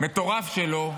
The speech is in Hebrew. המטורף שלו,